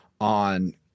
on